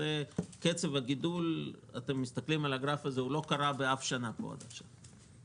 זה קצב גידול שלא קרה באף שנה עד עכשיו,